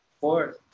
four